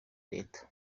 reta